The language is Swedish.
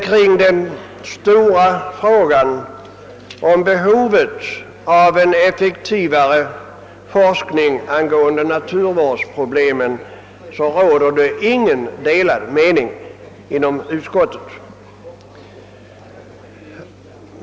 Kring den stora frågan om behovet av en effektivare forskning rörande naturvårdsproblemen har det inte rått några delade meningar inom utskottet.